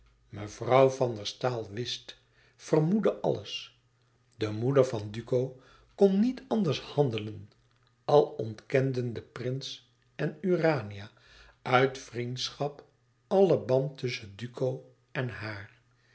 mevrouw van der staal wist vermoedde alles de moeder van duco kon niet anders handelen al ontkenden de prins en urania uit vriendschap allen band tusschen duco en haar